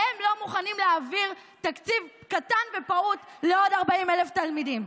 והם לא מוכנים להעביר תקציב קטן ופעוט לעוד 40,000 תלמידים.